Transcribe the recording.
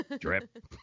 Drip